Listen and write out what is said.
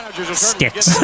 Sticks